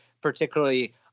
particularly